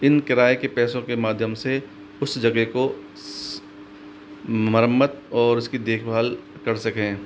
इन किराए के पैसों माध्यम से उस जगह को मरम्मत और उसकी देखभाल कर सकें